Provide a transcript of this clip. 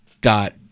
dot